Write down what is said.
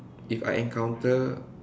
if I encounter